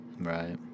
right